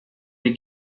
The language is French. les